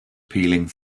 peeling